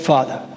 Father